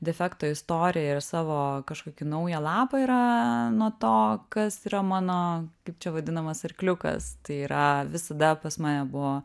defekto istoriją ir savo kažkokį naują lapą yra nuo to kas yra mano kaip čia vadinamas arkliukas tai yra visada pas mane buvo